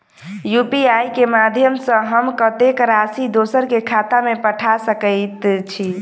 UPI केँ माध्यम सँ हम कत्तेक राशि दोसर केँ खाता मे पठा सकैत छी?